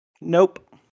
Nope